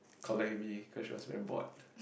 collect win cause you are very bored